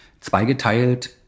zweigeteilt